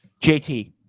JT